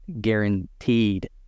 guaranteed